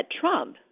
Trump